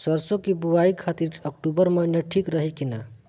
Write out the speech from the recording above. सरसों की बुवाई खाती अक्टूबर महीना ठीक रही की ना?